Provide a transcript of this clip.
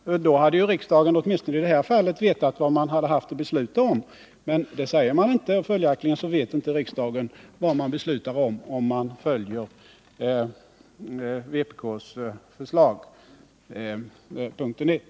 I så fall hade riksdagen åtminstone i detta fall vetat vad riksdagen haft att besluta om. Men det säger inte vpk, och följaktligen vet inte riksdagen vad den beslutar om för den händelse riksdagen följer vpk:s förslag på denna punkt.